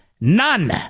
None